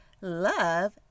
Love